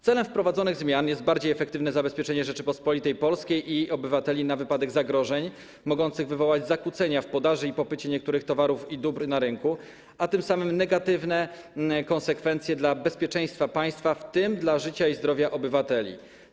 Celem wprowadzonych zmian jest bardziej efektywne zabezpieczenie Rzeczypospolitej Polskiej i obywateli na wypadek zagrożeń mogących wywołać zakłócenia w podaży i popycie na niektóre towary i dobra na rynku, a tym samym negatywne konsekwencje dla bezpieczeństwa państwa, w tym dla życia i zdrowia obywateli.